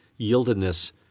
yieldedness